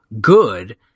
good